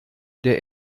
der